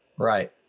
Right